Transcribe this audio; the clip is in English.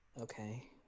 Okay